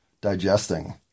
digesting